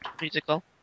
musical